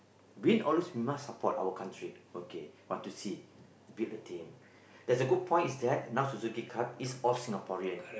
win or lose we must support our country okay want to see build a team there's a good point is that now Suzuki-Cup is all Singaporean